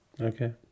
Okay